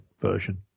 version